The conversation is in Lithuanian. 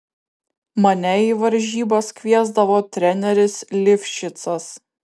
mane į varžybas kviesdavo treneris livšicas